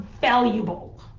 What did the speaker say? valuable